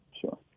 Sure